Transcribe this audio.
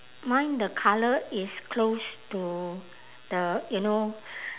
mine the colour is close to the you know